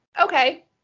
okay